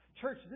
Church